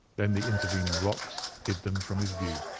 then the intervening rocks hid them from his view.